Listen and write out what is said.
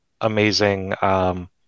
amazing